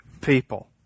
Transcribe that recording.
people